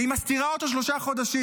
והיא מסתירה אותו שלושה חודשים,